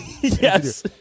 Yes